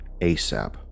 asap